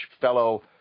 fellow